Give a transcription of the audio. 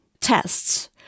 tests